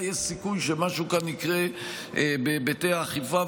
יהיה סיכוי שמשהו כאן יקרה בהיבטי האכיפה.